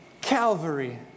Calvary